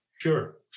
Sure